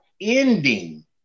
ending